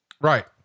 right